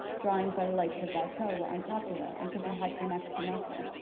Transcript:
drawings by the likes of watteau were unpopular and could be had for next to nothing.